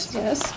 yes